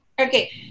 Okay